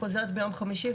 חוזרת ביום חמישי,